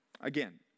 Again